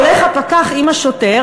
הולך הפקח עם השוטר.